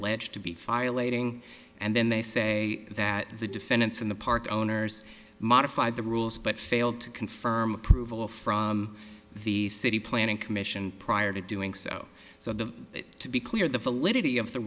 alleged to be filing and then they say that the defendants in the park owners modified the rules but failed to confirm approval from the city planning commission prior to doing so so the to be clear the validity of the